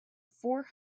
four